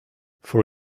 for